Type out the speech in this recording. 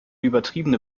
übertriebene